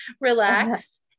relax